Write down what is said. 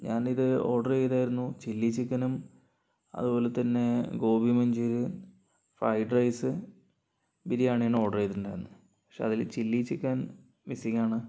ഞാനിത് ഓർഡർ ചെയ്തായിരുന്നു ചില്ലി ചിക്കനും അതുപോലെതന്നെ ഗോപിമഞ്ചൂരിയൻ ഫ്രൈഡ് റൈസ് ബിരിയാണിയുമാണ് ഓർഡർ ചെയ്തിട്ടുണ്ടായിരുന്നത് പക്ഷേ അതിൽ ചില്ലി ചിക്കൻ മിസ്സിംഗ് ആണ്